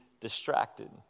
distracted